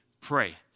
pray